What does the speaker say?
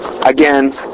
again